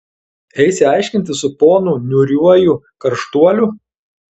eisi aiškintis su ponu niūriuoju karštuoliu